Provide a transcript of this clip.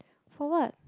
for what